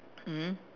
mmhmm